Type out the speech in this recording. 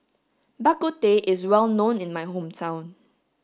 bak kut teh is well known in my hometown